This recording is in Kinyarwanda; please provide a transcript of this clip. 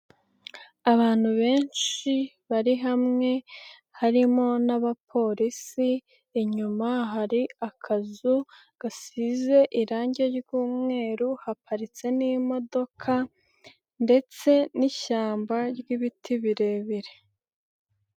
Abantu benshi bari hamwe harimo n'abapolisi, inyuma hari akazu gasize irangi ry'umweru, haparitse n'imodoka ndetse n'ishyamba ry'ibiti birebire.